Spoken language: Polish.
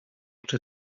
czy